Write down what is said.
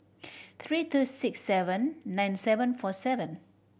three two six seven nine seven four seven